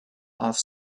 off